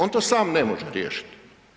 On to sam ne može riješiti.